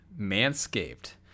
manscaped